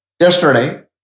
yesterday